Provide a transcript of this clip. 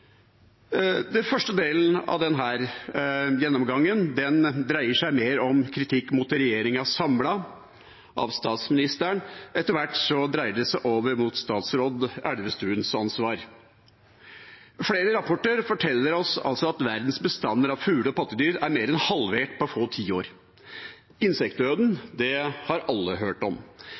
Den første delen av gjennomgangen dreier seg mer om kritikk mot regjeringa samlet, av statsministeren. Etter hvert dreier det seg over mot statsråd Elvestuens ansvar. Flere rapporter forteller oss at verdens bestander av fugler og pattedyr er mer enn halvert på få tiår. Insektdøden har alle hørt om.